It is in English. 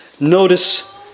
Notice